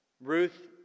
Ruth